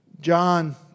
John